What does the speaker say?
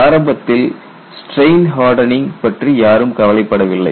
ஆரம்பத்தில் strain hardening பற்றி யாரும் கவலைப்படவில்லை